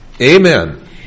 amen